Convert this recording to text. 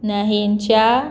न्हयेंच्या